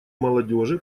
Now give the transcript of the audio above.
молодежи